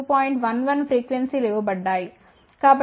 11 frequency లు ఇవ్వబడ్డాయి